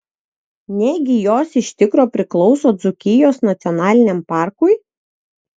negi jos iš tikro priklauso dzūkijos nacionaliniam parkui